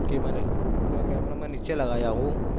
کہ میں نے جو ہے کیمرہ میں نیچے لگایا ہوں